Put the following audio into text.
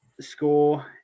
score